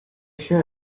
sure